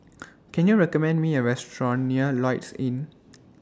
Can YOU recommend Me A Restaurant near Lloyds Inn